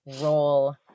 role